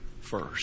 first